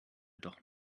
doch